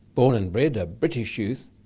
born and bred a british youth.